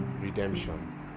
redemption